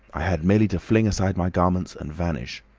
i had merely to fling aside my garments and vanish.